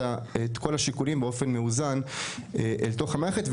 כל השיקולים באופן מאוזן אל תוך המערכת,